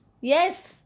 Yes